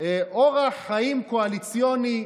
אורח חיים קואליציוני,